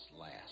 last